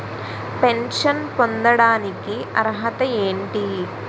Pension పొందడానికి అర్హత ఏంటి?